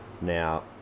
now